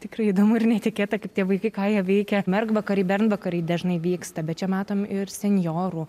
tikrai įdomu ir netikėta kaip tie vaikai ką jie veikia mergvakary bernvakary dažnai vyksta bet čia matom ir senjorų